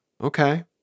okay